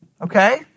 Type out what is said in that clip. Okay